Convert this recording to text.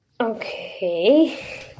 Okay